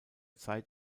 zeit